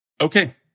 Okay